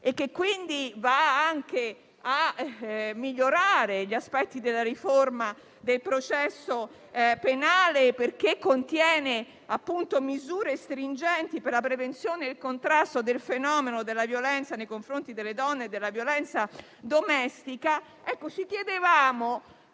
e che va anche a migliorare aspetti della riforma del processo penale, perché contiene misure stringenti per la prevenzione e il contrasto del fenomeno della violenza nei confronti delle donne e della violenza domestica, è stato